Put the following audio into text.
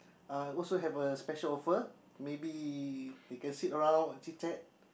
uh also have a special offer maybe they can sit around chit-chat